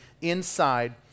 inside